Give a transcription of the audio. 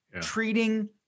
treating